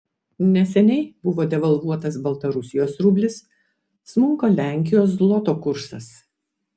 neseniai buvo devalvuotas baltarusijos rublis smunka lenkijos zloto kursas